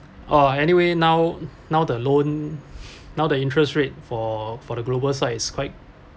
oh anyway now now the loan now the interest rate for for the global site is quite